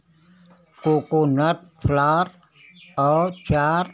coconut flour और चार farm